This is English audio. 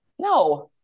No